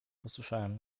posłyszałem